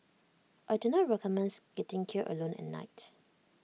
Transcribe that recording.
I do not recommends skating here alone at night